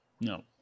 No